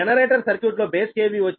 generator సర్క్యూట్లో base KV వచ్చి 100 12